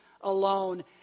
alone